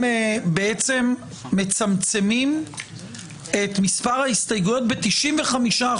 בעצם מצמצמים את מספר ההסתייגויות ב-95%